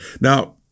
Now